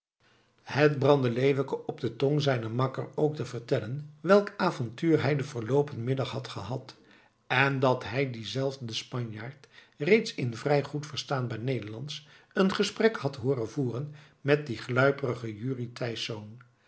het brandde leeuwke op de tong zijnen makker ook te vertellen welk avontuur hij den verloopen middag had gehad en dat hij dienzelfden spanjaard reeds in vrij goed verstaanbaar nederlandsch een gesprek had hooren voeren met dien gluiperigen jurrie thijsz